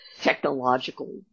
technological